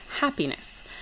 happiness